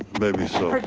maybe so.